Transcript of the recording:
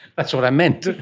that's what i meant.